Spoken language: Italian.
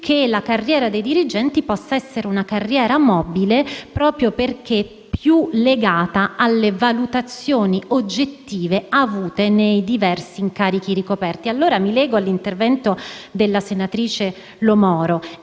che la carriera dei dirigenti possa essere una carriera mobile, proprio perché più legata alle valutazioni oggettive avute nei diversi incarichi ricoperti. Mi collego allora all'intervento della senatrice Lo Moro: